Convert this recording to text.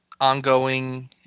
ongoing